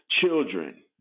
children